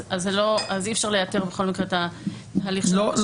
אז אי אפשר לייתר את התהליך של טביעת האצבע.